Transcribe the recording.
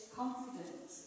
confidence